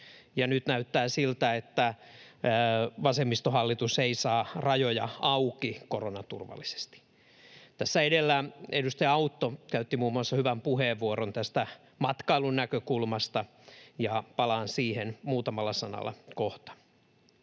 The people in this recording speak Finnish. nyt näyttää siltä, että vasemmistohallitus ei saa rajoja auki koronaturvallisesti. Tässä edellä muun muassa edustaja Autto käytti hyvän puheenvuoron tästä matkailun näkökulmasta, ja palaan siihen muutamalla sanalla kohta.